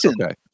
Okay